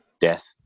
death